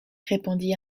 répondit